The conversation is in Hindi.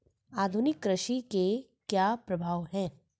आधुनिक कृषि के क्या प्रभाव हैं?